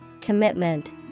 commitment